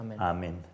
amen